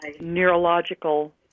neurological